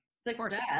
Success